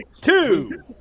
two